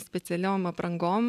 specialiom aprangom